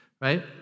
right